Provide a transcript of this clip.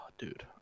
Dude